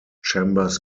chambers